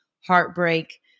heartbreak